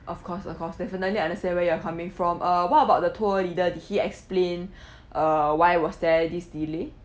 of course of course definitely I understand where you're coming from uh what about the tour leader did he explain uh why was there this delay